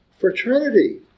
fraternity